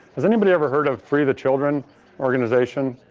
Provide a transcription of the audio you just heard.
has anybody ever heard of free the children organization?